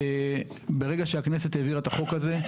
ברגע שהכנסת העבירה את החוק הזה,